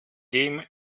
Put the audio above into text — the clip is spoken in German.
game